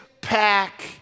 pack